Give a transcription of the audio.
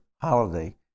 holiday